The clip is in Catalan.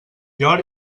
llor